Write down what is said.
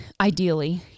ideally